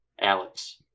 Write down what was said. Alex